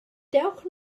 dewch